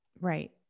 Right